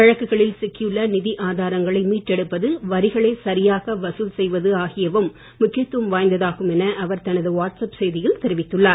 வழக்குகளில் சிக்கியுள்ள நிதி ஆதாரங்களை மீட்டு எடுப்பது வரிகளை சரியாக வசூல் செய்வது ஆகியவையும் முக்கியத்துவம் வாய்ந்ததாகும் என அவர் தனது வாட்ஸ் அப் செய்தியில் தெரிவித்துள்ளார்